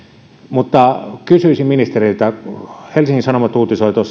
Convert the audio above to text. mutta kysyisin ministeriltä kun helsingin sanomat uutisoi